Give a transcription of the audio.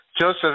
Joseph